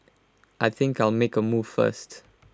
I think I'll make A move first